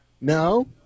No